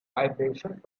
vibrations